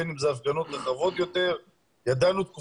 בין אם זה הפגנות רחבות יותר,